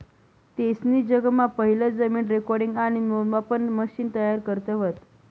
तेसनी जगमा पहिलं जमीन रेकॉर्डिंग आणि मोजमापन मशिन तयार करं व्हतं